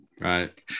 Right